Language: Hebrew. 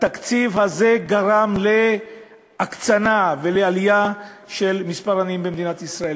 התקציב הזה גרם להקצנה ולעלייה של מספר העניים במדינת ישראל,